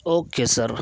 okay sir